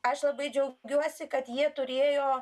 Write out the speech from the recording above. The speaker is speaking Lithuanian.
aš labai džiaugiuosi kad jie turėjo